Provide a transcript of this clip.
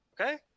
Okay